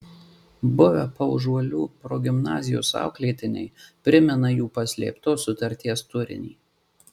buvę paužuolių progimnazijos auklėtiniai primena jų paslėptos sutarties turinį